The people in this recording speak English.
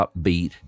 upbeat